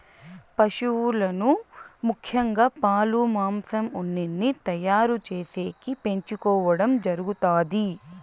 పసువులను ముఖ్యంగా పాలు, మాంసం, ఉన్నిని తయారు చేసేకి పెంచుకోవడం జరుగుతాది